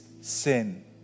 sin